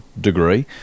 degree